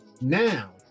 now